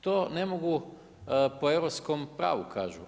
To ne mogu po europskom pravu kažu.